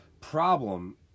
problem